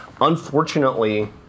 unfortunately